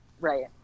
Right